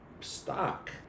stock